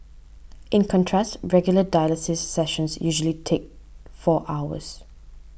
in contrast regular dialysis sessions usually take four hours